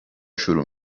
شروع